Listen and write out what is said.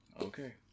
Okay